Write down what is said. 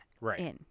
Right